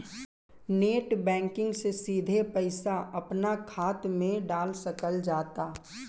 net banking से सिधे पईसा अपना खात मे डाल सकल जाता